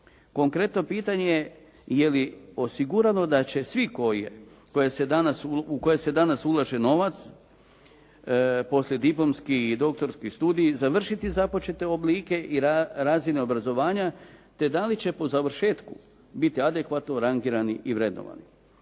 Konkretno pitanje je li osigurano da će svi u koje se danas ulaže novac, poslijediplomski i doktorski studiji, završiti započete oblike i razine obrazovanja, te da li će po završetku biti adekvatno rangirani i vrednovani?